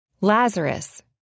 Lazarus